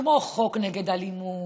כמו חוק נגד אלימות,